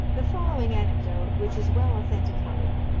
the following anecdote, which is well authenticated,